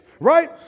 Right